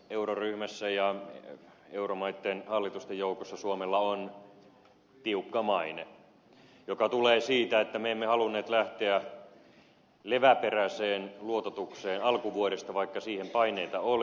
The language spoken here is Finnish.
euroryhmässä ja euromaitten hallitusten joukossa suomella on tiukka maine joka tulee siitä että me emme halunneet lähteä leväperäiseen luototukseen alkuvuodesta vaikka siihen paineita oli